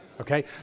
Okay